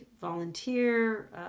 volunteer